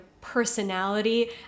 personality